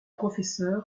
professeur